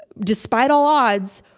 despite all odds,